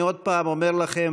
אני עוד פעם אומר לכם,